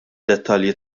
dettalji